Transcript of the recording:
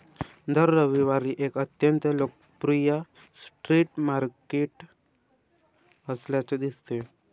दर रविवारी एक अत्यंत लोकप्रिय स्ट्रीट मार्केट असल्याचे दिसते